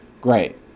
Great